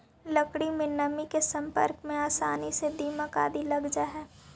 लकड़ी में नमी के सम्पर्क में आसानी से दीमक आदि लग जा हइ